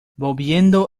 volviendo